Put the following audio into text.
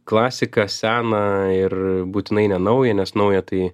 klasika seną ir būtinai ne naują nes nauja tai